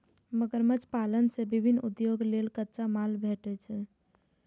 मगरमच्छ पालन सं विभिन्न उद्योग लेल कच्चा माल भेटै छै